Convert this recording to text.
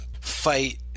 fight